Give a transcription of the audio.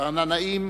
רענן נעים